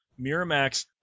Miramax